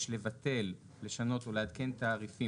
יש לשנות או לעדכן תעריפים